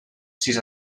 sis